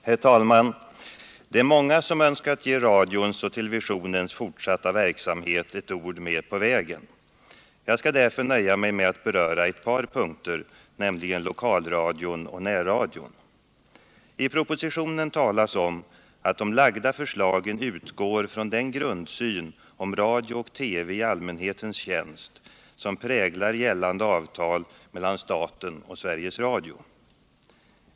Herr talman! Det är många som önskat ge radions och televisionens fortsatta verksamhet ett ord med på vägen. Jag skall därför nöja mig med att beröra ett par punkter, nämligen lokalradion och närradion. I propositionen talas om att de framlagda förslagen utgår från den grundsyn om radio och TV i allmänhetens tjänst som präglar gällande avtal mellan staten och Sveriges Radio.